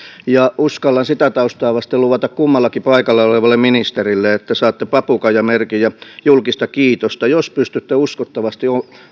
ja uskallan sitä taustaa vasten luvata kummallekin paikalla olevalle ministerille että saatte papukaijamerkin ja julkista kiitosta jos pystytte uskottavasti